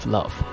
Love 。